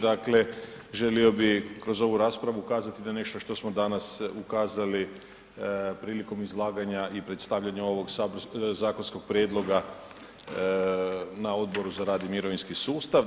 Dakle, želio bih kroz ovu raspravu kazati, da nešto što smo danas ukazali prilikom izlaganja i predstavljanja ovog zakonskog prijedloga na Odboru za rad i mirovinski sustav.